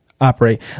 operate